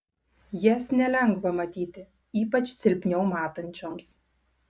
jas nelengva matyti ypač silpniau matančioms